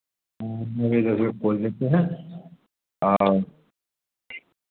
हाँ नौ बजे दस बजे खोल लेते हैं और